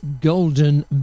Golden